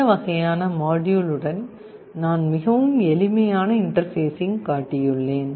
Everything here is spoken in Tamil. இந்த வகையான மாட்யூல் உடன் நான் மிகவும் எளிமையான இன்டர்பேஸிங் காட்டியுள்ளேன்